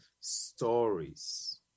stories